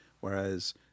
whereas